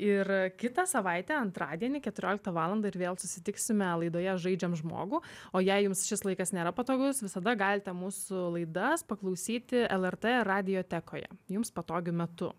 ir kitą savaitę antradienį keturioliktą valandą ir vėl susitiksime laidoje žaidžiam žmogų o jei jums šis laikas nėra patogus visada galite mūsų laidas paklausyti lrt radiotekoje jums patogiu metu